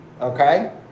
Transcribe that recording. okay